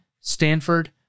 Stanford